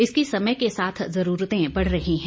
इसकी समय के साथ जरूरते बढ़ रही है